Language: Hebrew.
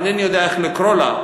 אינני יודע איך לקרוא לה.